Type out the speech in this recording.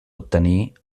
obtenir